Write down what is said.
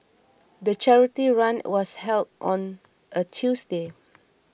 the charity run was held on a Tuesday